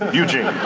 and eugene.